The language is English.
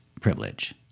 privilege